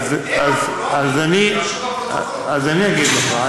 אז אני אגיד לך,